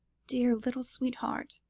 dear little sweetheart.